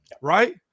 right